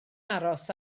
aros